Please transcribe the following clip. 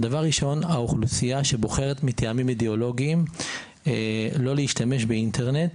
דבר ראשון האוכלוסייה שבוחרת מטעמים אידיאולוגיים לא להשתמש באינטרנט